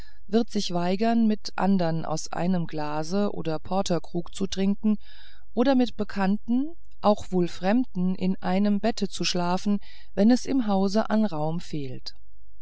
wird sich weigern mit andern aus einem glase oder porterkruge zu trinken oder mit bekannten auch wohl fremden in einem bette zu schlafen wenn es im hause an raum fehlt